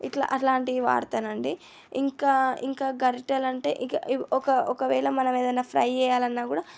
ఇట్లా అట్లాంటివి వాడతానండి ఇంకా ఇంకా గరిటలంటే ఇక్ ఇవ్ ఒక ఒకవేళ మనం ఏదన్నా ఫ్రై చెయ్యాలన్నా కూడా